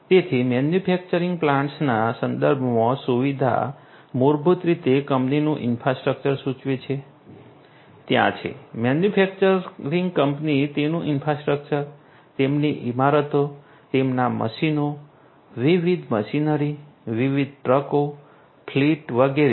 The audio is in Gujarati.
તેથી મેન્યુફેક્ચરિંગ પ્લાન્ટ્સના સંદર્ભમાં સુવિધા મૂળભૂત રીતે કંપનીનું ઈન્ફ્રાસ્ટ્રક્ચર સૂચવે છે જે ત્યાં છે મેન્યુફેક્ચરિંગ કંપની તેમનું ઈન્ફ્રાસ્ટ્રક્ચર તેમની ઈમારતો તેમના મશીનો વિવિધ મશીનરી વિવિધ ટ્રકો ફ્લીટ વગેરે